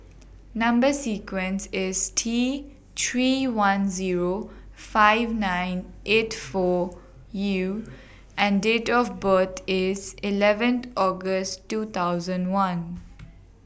Number sequence IS T three one Zero five nine eight four U and Date of birth IS eleventh August two thousand one